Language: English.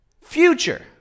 future